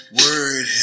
word